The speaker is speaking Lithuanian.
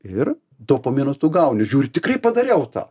ir dopamino tu gauni ir žiūri tikrai padariau tą